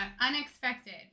unexpected